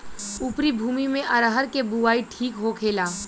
उपरी भूमी में अरहर के बुआई ठीक होखेला?